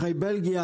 אחרי בלגיה,